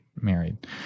married